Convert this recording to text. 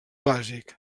bàsic